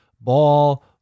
ball